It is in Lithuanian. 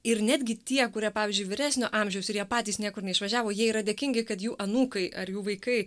ir netgi tie kurie pavyzdžiui vyresnio amžiaus ir jie patys niekur neišvažiavo jie yra dėkingi kad jų anūkai ar jų vaikai